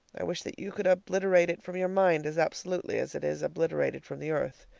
i wish that you could obliterate it from your mind as absolutely as it is obliterated from the earth.